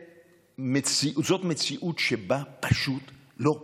זאת מציאות שבה פשוט לא מדברים.